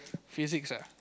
physics ah